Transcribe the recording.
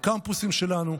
בקמפוסים שלנו,